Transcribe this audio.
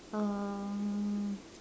um